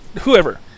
Whoever